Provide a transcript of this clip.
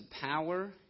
power